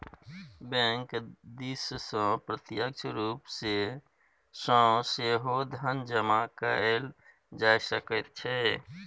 bank दिससँ प्रत्यक्ष रूप सँ सेहो धन जमा कएल जा सकैत छै